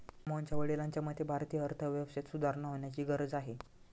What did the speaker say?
मोहनच्या वडिलांच्या मते, भारतीय अर्थव्यवस्थेत सुधारणा होण्याची गरज आहे